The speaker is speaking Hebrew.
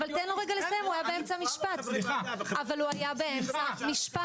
אבל הוא היה באמצע משפט.